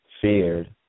feared